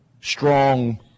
Strong